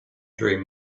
dream